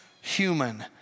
human